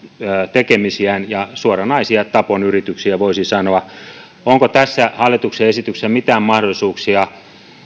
tekemisiään ja on suoranaisia taponyrityksiä voisi sanoa onko tässä hallituksen esityksessä mitään mahdollisuuksia